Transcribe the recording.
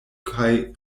kaj